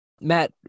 Matt